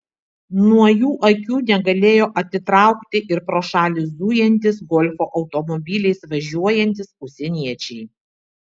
nuo jų akių negalėjo atitraukti ir pro šalį zujantys golfo automobiliais važiuojantys užsieniečiai